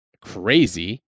crazy